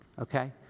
okay